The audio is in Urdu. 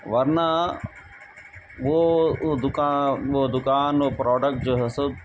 ورنہ وہ دوکان وہ دوکان وہ پروڈکٹ جو ہے سب